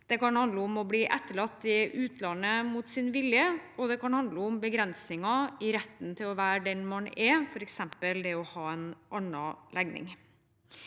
det kan handle om å bli etterlatt i utlandet mot sin vilje, og det kan handle om begrensninger i retten til å være den man er, f.eks. det å ha en annen legning.